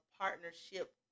partnership